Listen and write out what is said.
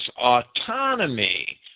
autonomy